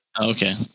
Okay